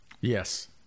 Yes